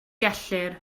gellir